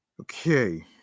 okay